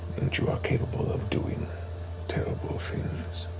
you are capable of doing terrible things.